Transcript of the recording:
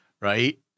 Right